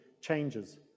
changes